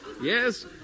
Yes